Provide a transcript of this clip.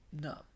No